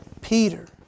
Peter